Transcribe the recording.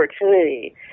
opportunity